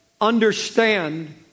understand